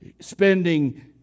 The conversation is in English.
spending